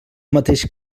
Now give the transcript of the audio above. mateix